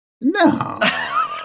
No